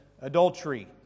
adultery